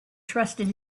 trusted